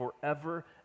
forever